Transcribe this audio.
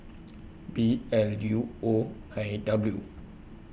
B L U O nine W